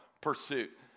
pursuit